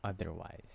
otherwise